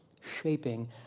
shaping